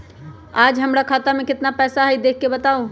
आज हमरा खाता में केतना पैसा हई देख के बताउ?